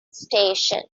station